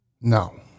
No